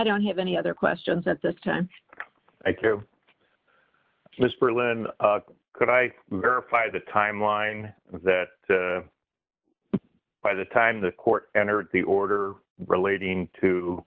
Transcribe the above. don't have any other questions at this time i through this berlin could i verify the time line that by the time the court entered the order relating to